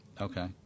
Okay